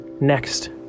next